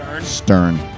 stern